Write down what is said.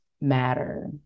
matter